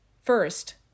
First